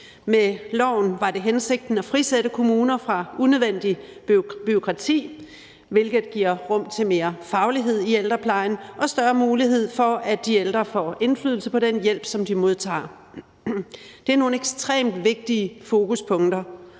Med loven var det hensigten at frisætte kommuner fra unødvendigt bureaukrati, hvilket giver rum til mere faglighed i ældreplejen og større mulighed for, at de ældre får indflydelse på den hjælp, som de modtager. Det er nogle ekstremt vigtige fokuspunkter,